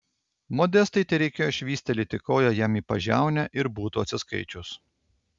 modestai tereikėjo švystelėti koja jam į pažiaunę ir būtų atsiskaičius